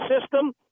system